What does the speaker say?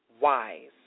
wise